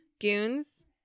Goons